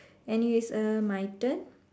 anyways err my turn